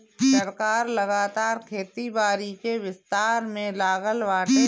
सरकार लगातार खेती बारी के विस्तार में लागल बाटे